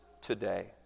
today